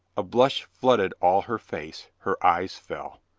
a blush flooded all her face, her eyes fell.